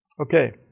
okay